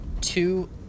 two